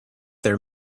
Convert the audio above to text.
their